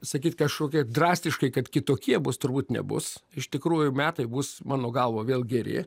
sakyt kažkokie drastiškai kad kitokie bus turbūt nebus iš tikrųjų metai bus mano galva vėl geri